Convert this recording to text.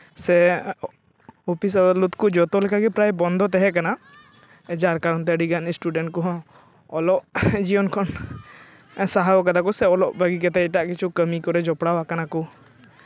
ᱥᱮ ᱚᱯᱷᱤᱥ ᱟᱫᱟᱞᱚᱛ ᱠᱚ ᱡᱚᱛᱚ ᱞᱮᱠᱟ ᱜᱮ ᱯᱨᱟᱭ ᱵᱚᱱᱫᱚ ᱛᱟᱦᱮᱸ ᱠᱟᱱᱟ ᱡᱟᱨ ᱠᱟᱨᱚᱱ ᱛᱮ ᱟᱹᱰᱤᱜᱟᱱ ᱥᱴᱩᱰᱮᱱᱴ ᱠᱚᱦᱚᱸ ᱚᱞᱚᱜ ᱡᱤᱭᱚᱱ ᱠᱷᱚᱱ ᱥᱟᱦᱟᱣ ᱠᱟᱫᱟ ᱠᱚ ᱥᱮ ᱚᱞᱚᱜ ᱵᱟᱹᱜᱤ ᱠᱟᱛᱮᱫ ᱮᱴᱟᱜ ᱠᱤᱪᱷᱩ ᱠᱟᱹᱢᱤ ᱠᱚ ᱨᱮ ᱡᱚᱯᱲᱟᱣ ᱟᱠᱟᱱᱟ ᱠᱚ